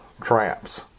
traps